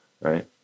right